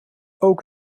ook